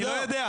אני לא יודע.